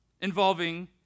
involving